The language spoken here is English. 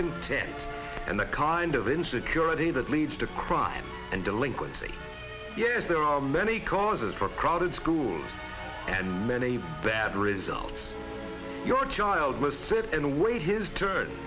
content and the kind of a security that leads to crime and delinquency yes there are many causes for crowded schools and many a bad result your child must sit and wait his turn